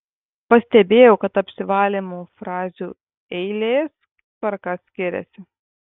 pastebėjau kad apsivalymo frazių eilės tvarka skiriasi